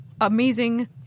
amazing